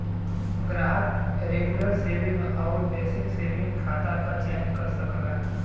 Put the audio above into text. ग्राहक regular saving आउर basic saving खाता क चयन कर सकला